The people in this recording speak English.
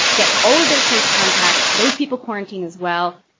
get to all of their close contacts, those people quarantined as well,